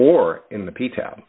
or in the pizza